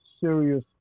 serious